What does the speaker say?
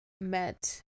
met